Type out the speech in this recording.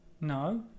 No